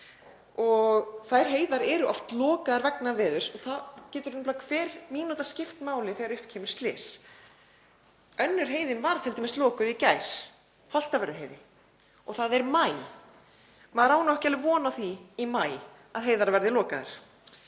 og þær heiðar eru oft lokaðar vegna veðurs og það getur nefnilega hver mínúta skipt máli þegar upp kemur slys. Önnur heiðin var t.d. lokuð í gær, Holtavörðuheiði, og það er maí. Maður á ekki alveg von á því í maí að heiðar séu lokaðar.